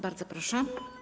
Bardzo proszę.